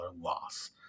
loss